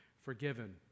forgiven